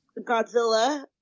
Godzilla